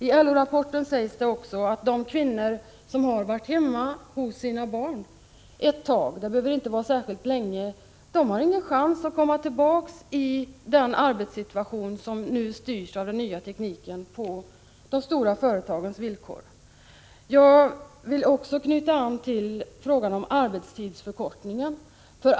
ILO-rapporten sägs det också att de kvinnor som har varit hemma hos sina barn ett tag — det behöver inte vara särskilt länge — inte har någon chans att komma tillbaka i den arbetssituation som nu styrs av den nya tekniken på de stora företagens villkor. Jag vill också knyta an till frågan om arbetstidsförkortningen.